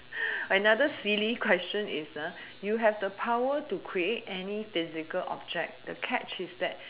another silly question is uh you have the power to create any physical object the catch is that